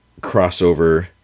crossover